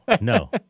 no